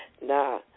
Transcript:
Nah